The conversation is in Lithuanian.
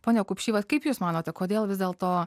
pone kupšy vat kaip jūs manote kodėl vis dėlto